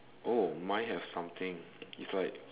oh mine have something it's like